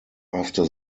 after